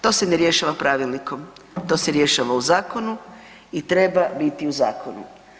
To se ne rješava pravilnikom, to se rješava u zakonu i treba biti u zakonu.